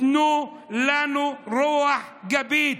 תנו לנו רוח גבית,